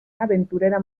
aventurera